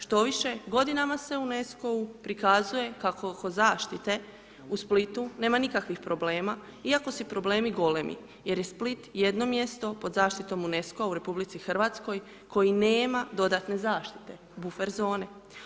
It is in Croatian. Štoviše, godinama se UNESCO-u prikazuje kako oko zaštite u Splitu nema nikakvih problema iako su problemi golemi jer je Split jedno mjesto pod zaštitom UNESCO-a u RH koji nema dodatne zaštite, buffer zone.